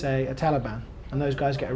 say the taliban and those guys get